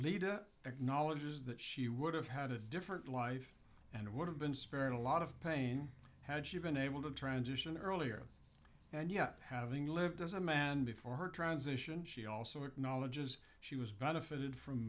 lida acknowledges that she would have had a different life and would have been spared a lot of pain had she been able to transition earlier and yet having lived as a man before her transition she also acknowledges she was benefited from